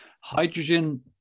Hydrogen